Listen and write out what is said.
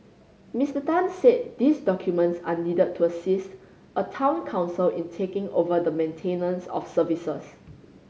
Mister Tan said these documents are needed to assist a Town Council in taking over the maintenance of services